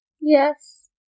Yes